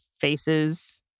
faces